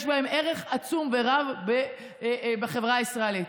יש בהם ערך עצום ורב לחברה הישראלית.